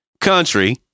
country